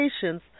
patients